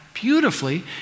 Beautifully